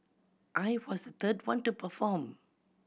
I was third one to perform